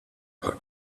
paar